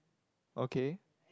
okay